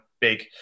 big